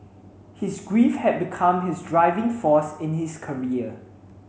his grief had become his driving force in his career